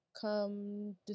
Come